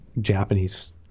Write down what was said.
Japanese